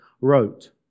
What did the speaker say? wrote